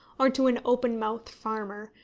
or to an open-mouthed farmer,